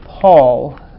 Paul